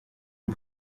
aux